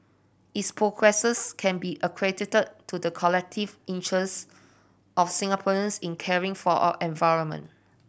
its progresses can be a credited to the collective interest of Singaporeans in caring for our environment